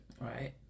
right